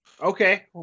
okay